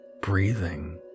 breathing